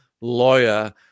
lawyer